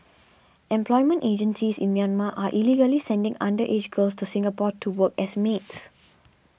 employment agencies in Myanmar are illegally sending underage girls to Singapore to work as maids